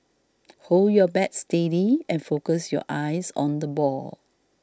hold your bat steady and focus your eyes on the ball